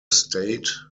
state